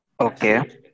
Okay